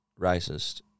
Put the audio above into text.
racist